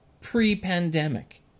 pre-pandemic